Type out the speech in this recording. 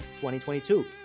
2022